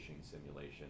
simulation